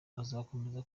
azakomeza